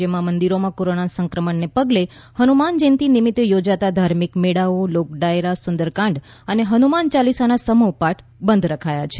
રાજયમાં મંદિરોમાં કોરોના સંક્રમણને પગલે હનુમાન જયંતિ નિમિત્તે યોજાતા ધાર્મિક મેળાઓ લોકડાયરા સુંદરકાંડ અને હનુમાન ચાલીસાના સમૂહ પાઠ બંધ રખાયા છે